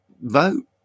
vote